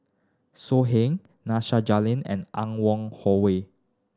So Heng Nasir Jalil and Anne Wong Holloway